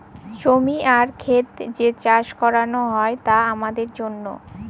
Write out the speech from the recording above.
জমি আর খেত যে চাষ করানো হয় তা আমাদের জন্য